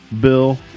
Bill